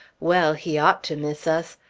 well! he ought to miss us!